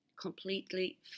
completely